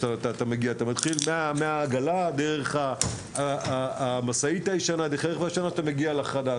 שאתה מתחיל מהעגלה דרך המשאית הישנה ואז מגיע לחדש.